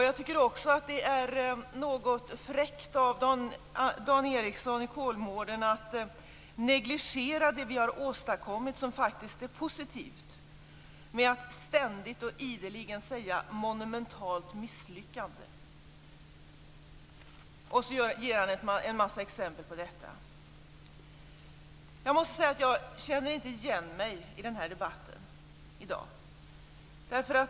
Jag tycker också att det är något fräckt av Dan Ericsson i Kolmården att negligera det vi har åstadkommit som faktiskt är positivt genom att ständigt säga "monumentalt misslyckande". Han ger en massa exempel på detta. Jag måste säga att jag inte känner igen mig i debatten i dag.